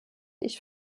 ich